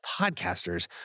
podcasters